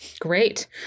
Great